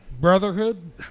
brotherhood